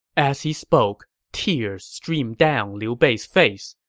as he spoke, tears streamed down liu bei's face,